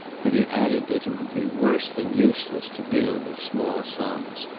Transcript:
but he added that it would be worse than useless to deal with small sums.